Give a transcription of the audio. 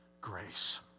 grace